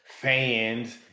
fans